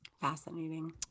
Fascinating